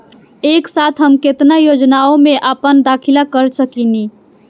एक साथ हम केतना योजनाओ में अपना दाखिला कर सकेनी?